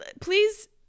Please